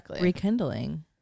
rekindling